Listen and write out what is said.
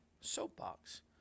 soapbox